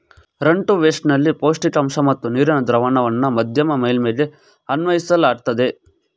run to waste ನಲ್ಲಿ ಪೌಷ್ಟಿಕಾಂಶ ಮತ್ತು ನೀರಿನ ದ್ರಾವಣವನ್ನ ಮಧ್ಯಮ ಮೇಲ್ಮೈಗೆ ಅನ್ವಯಿಸಲಾಗ್ತದೆ